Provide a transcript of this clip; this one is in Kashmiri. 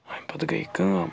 اَمہِ پَتہٕ گٔے کٲم